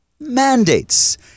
mandates